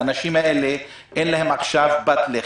לאנשים האלה אין עכשיו פת לחם.